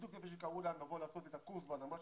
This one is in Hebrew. בדיוק לפני שקראו להם לבוא לעשות את הקורס בנמל,